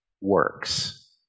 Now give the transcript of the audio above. works